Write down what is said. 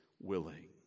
willing